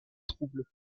trouble